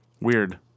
Weird